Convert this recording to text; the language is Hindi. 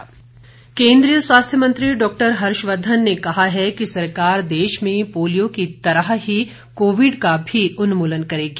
हर्षवर्धन केंद्रीय स्वास्थ्य मंत्री डॉक्टर हर्षवर्धन ने कहा है कि सरकार देश में पोलियो की तरह ही कोविड का भी उन्मूलन करेगी